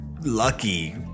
lucky